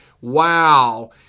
wow